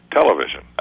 television